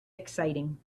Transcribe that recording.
exciting